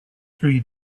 three